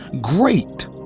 Great